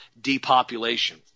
depopulation